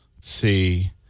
see